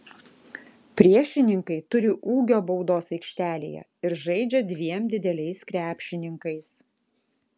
priešininkai turi ūgio baudos aikštelėje ir žaidžia dviem dideliais krepšininkais